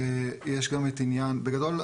בגדול,